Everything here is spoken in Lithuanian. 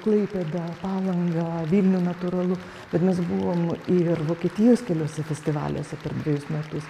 klaipėdą palangą vilnių natūralu bet mes buvom ir vokietijos keliuose festivaliuose per dvejus metus